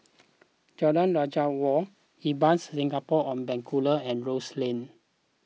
Jalan Raja Wali Ibis Singapore on Bencoolen and Rose Lane